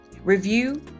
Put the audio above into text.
review